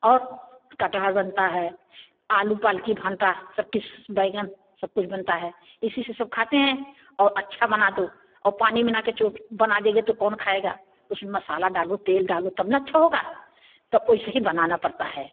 और कटहल बनता हैं आलू पालक का भाँटा सब कुछ बैंगन सब कुछ बनता हैं इसी से सब खाते हैं और अच्छा बना तो और वो पानी मीला के जो बना देंगे तो कोन खाएगा उस में मसाला डालो तेल डालो तब ना अच्छा होगा तो वैसे से ही बनाना पड़ता है